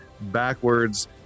backwards